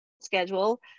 schedule